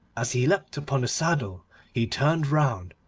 as he leapt upon the saddle he turned round,